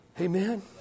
Amen